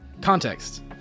context